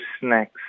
snacks